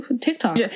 tiktok